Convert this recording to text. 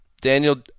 Daniel